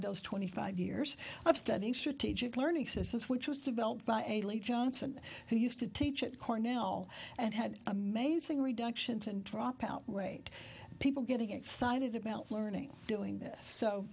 those twenty five years of study should teach it learning systems which was developed by elite johnson who used to teach at cornell and had amazing reductions and dropout rate people getting excited about learning doing this so